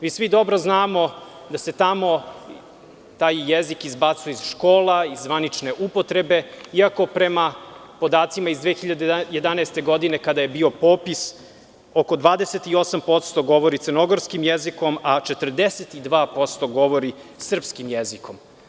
Mi svi dobro znamo da se tamo taj jezik izbacuje iz škola iz zvanične upotrebe, iako prema podacima iz 2011. godine, kada je bio popis oko 28% govori crnogorskim jezikom, a 42% govori srpskim jezikom.